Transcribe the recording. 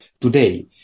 today